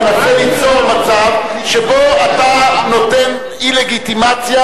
מנסה ליצור מצב שבו אתה נותן אי-לגיטימציה